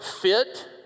fit